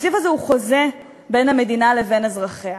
התקציב הזה הוא חוזה בין המדינה לבין אזרחיה,